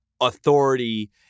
authority